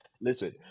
Listen